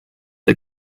the